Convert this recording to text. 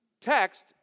text